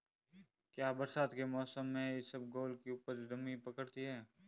क्या बरसात के मौसम में इसबगोल की उपज नमी पकड़ती है?